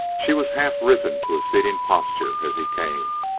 she was half risen to a sitting posture as he came.